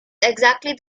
exactly